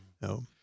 No